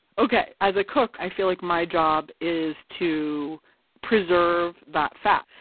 okay, as a cook, i feel like my job is to preserve that fat.